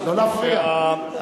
לא להפריע.